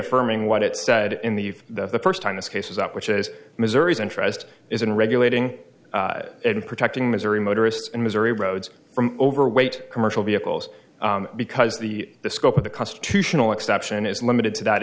reaffirming what it said in the the first time this case is up which is missouri's interest is in regulating and protecting missouri motorists and missouri roads from overweight commercial vehicles because the scope of the constitutional exception is limited to that